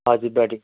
हजुर बडी